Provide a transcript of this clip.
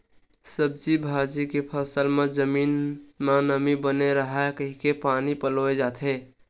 सब्जी भाजी के फसल म जमीन म नमी बने राहय कहिके पानी पलोए जाथे